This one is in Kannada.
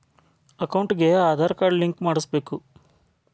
ಅಕೌಂಟಿಗೆ ಆಧಾರ್ ಕಾರ್ಡ್ ಲಿಂಕ್ ಮಾಡಿಸಬೇಕು?